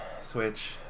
Switch